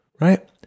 right